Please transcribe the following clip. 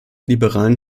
liberalen